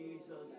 Jesus